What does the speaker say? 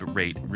rate